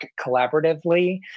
collaboratively